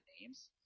names